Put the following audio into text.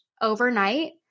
overnight